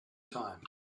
time